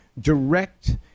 direct